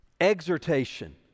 exhortation